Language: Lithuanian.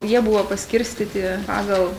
jie buvo paskirstyti pagal